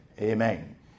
Amen